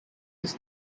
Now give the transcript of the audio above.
his